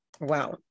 Wow